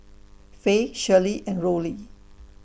Faye Shirley and Rollie